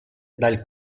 dal